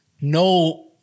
no